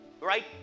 right